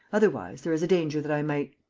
otherwise, there is a danger that i might.